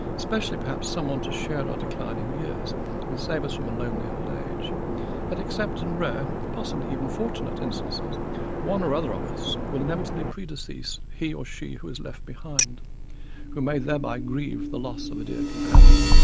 especially perhaps someone to share our declining years and save us from a lonely old age. yet except in rare, possibly even fortunate instances one or other of us will inevitably predecease he or she who is left behind and may thereby grieve the loss of a dear companion.